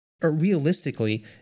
realistically